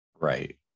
Right